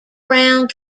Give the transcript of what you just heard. round